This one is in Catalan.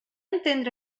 entendre